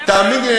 תאמיני לי,